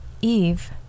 Eve